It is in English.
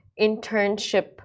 internship